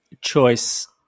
choice